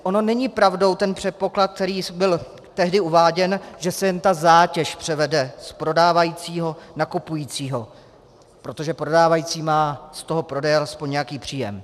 On není pravdou ten předpoklad, který byl tehdy uváděn, že se jen ta zátěž převede z prodávajícího na kupujícího, protože prodávající má z toho prodeje alespoň nějaký příjem.